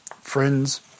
Friends